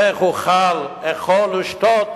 איך אוכל אכול ושתות